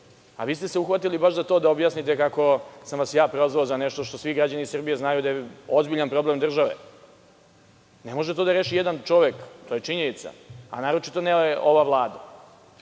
a vi ste se uhvatili baš za to da objasnite kako sam vas ja prozvao za nešto što svi građani Srbije znaju da je ozbiljan problem države. Ne može to da reši jedan čovek, to je činjenica, a naročito ne ova Vlada. Što